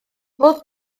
fodd